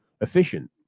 efficient